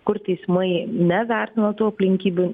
kur teismai nevertino tų aplinkybių